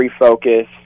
refocus